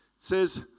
says